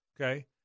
okay